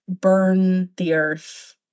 burn-the-earth